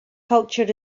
culture